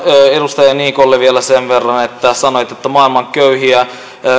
edustaja niikolle vielä sen verran että sanoit että maailman